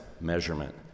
measurement